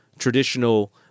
Traditional